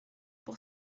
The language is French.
pour